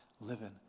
living